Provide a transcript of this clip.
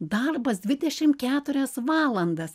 darbas dvidešim keturias valandas